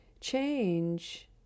Change